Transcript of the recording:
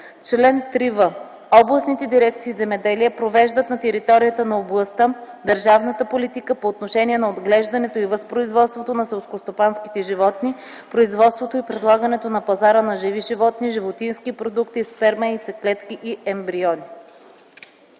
Чл. 3в. Областните дирекции „Земеделие” провеждат на територията на областта държавната политика по отношение на отглеждането и възпроизводството на селскостопанските животни, производството и предлагането на пазара на живи животни, животински продукти, сперма, яйцеклетки и ембриони.”